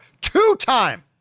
Two-time